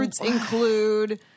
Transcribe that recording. include